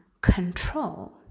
control